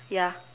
ya